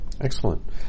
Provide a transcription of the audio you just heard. Excellent